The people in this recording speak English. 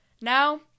Now